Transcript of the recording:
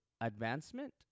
advancement